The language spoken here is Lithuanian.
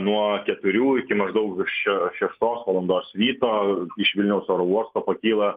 nuo keturių iki maždaug še šeštos valandos ryto iš vilniaus oro uosto pakyla